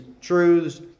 truths